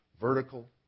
Vertical